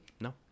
no